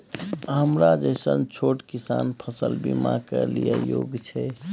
हमरा जैसन छोट किसान फसल बीमा के लिए योग्य छै?